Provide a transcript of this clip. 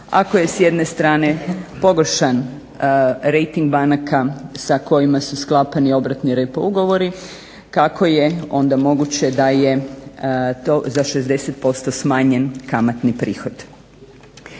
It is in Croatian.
ako je s jedne strane pogoršan rejting banaka sa kojima su sklapani obratni repo ugovori kako je onda moguće da je to za 60% smanjen kamatni prihod?